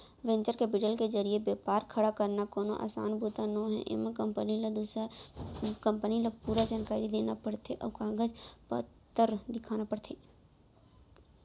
venture capital के जरिए बेपार खड़ा करना कोनो असान बूता नोहय एमा कंपनी ल पूरा जानकारी देना परथे अउ कागज पतर दिखाना परथे